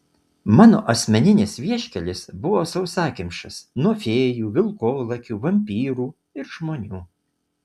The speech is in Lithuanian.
mano asmeninis vieškelis buvo sausakimšas nuo fėjų vilkolakių vampyrų ir žmonių